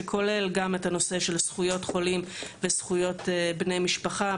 שכולל גם את הנושא של זכויות חולים וזכויות בני משפחה,